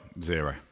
Zero